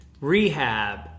rehab